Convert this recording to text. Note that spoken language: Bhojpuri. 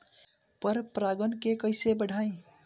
पर परा गण के कईसे बढ़ाई?